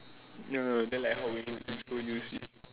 ya then like how will you introduce it